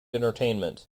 entertainment